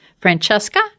Francesca